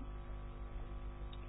आशियाई